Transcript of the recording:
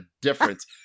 difference